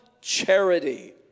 charity